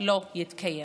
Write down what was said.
מאיר כהן לא יעלה לדבר.